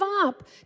up